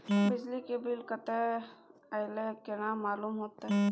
बिजली के बिल कतेक अयले केना मालूम होते?